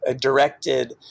directed